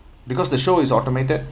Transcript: because the show is automated